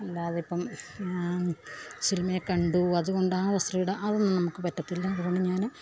അല്ലാതെയിപ്പം സിനിമയിൽ കണ്ടു അതുകൊണ്ട് ആ വസ്ത്രമിടാൻ അതൊന്നും നമുക്ക് പറ്റത്തില്ല അതുകൊണ്ട് ഞാൻ